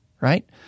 right